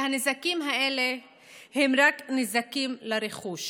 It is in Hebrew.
והנזקים האלה הם רק נזקים לרכוש,